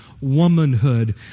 womanhood